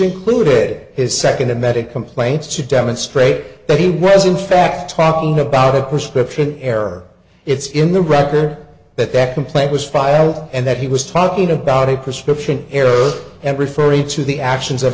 included his second emetic complaints to demonstrate that he was in fact talking about a prescription error it's in the record that that complaint was filed and that he was talking about a prescription error and referring to the actions of